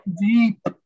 deep